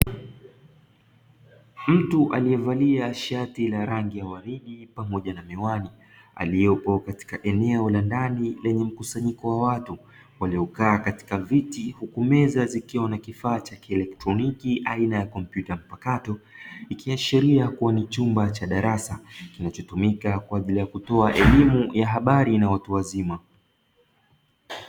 Mtu aliyevalia shati la rangi ya waridi pamoja na miwani aliyepo katika eneo la ndani lenye mkusanyiko wa watu walio kaa katika viti huku meza zikiwa na kifaa cha kieletroniki aina ya kompyuta mpakato ikiashilia kuwa ni chumba cha darasa kinachotumika kwaajili ya kutoa elimu ya habari na watu wazima.